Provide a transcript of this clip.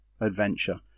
adventure